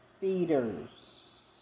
feeders